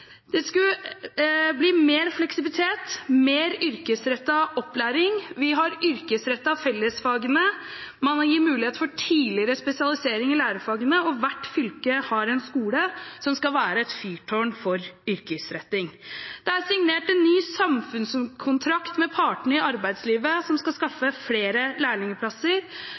Det skulle bli mer fleksibilitet og mer yrkesrettet opplæring: Vi har yrkesrettet fellesfagene, man gir mulighet for tidligere spesialisering i lærefagene, og hvert fylke har en skole som skal være et fyrtårn for yrkesretting. Det er signert en ny samfunnskontrakt med partene i arbeidslivet som skal skaffe flere lærlingplasser.